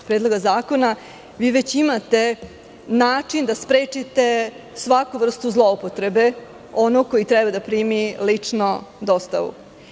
Predloga zakona vi već imate način da sprečite svaku vrstu zloupotrebe onog koji treba da primi lično dostavu.